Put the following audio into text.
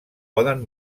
poden